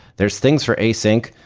there're things for async,